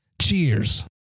Cheers